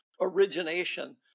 origination